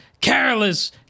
careless